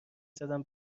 زدم